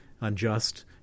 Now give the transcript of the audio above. unjust